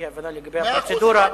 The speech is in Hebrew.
אי-הבנה לגבי הפרוצדורה,